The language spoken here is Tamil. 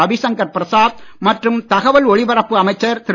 ரவிசங்கர் பிரசாத் மற்றும் தகவல் ஒலிபரப்பு அமைச்சர் திரு